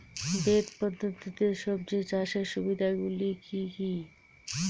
Bed পদ্ধতিতে সবজি চাষের সুবিধাগুলি কি কি?